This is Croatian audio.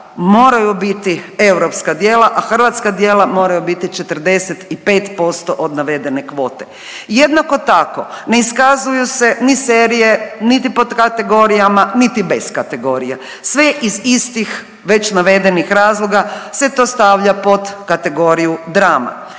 moraju biti europska djela, a hrvatska djela moraju biti 45% od navedene kvote. Jednako tako ne iskazuju se ni serije, niti pod kategorijama, niti bez kategorija. Sve je iz istih već navedenih razloga se to stavlja pod kategoriju drama.